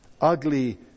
Ugly